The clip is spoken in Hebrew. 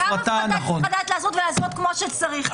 גם הפרטה צריך לדעת לעשות, ולעשות כמו שצריך.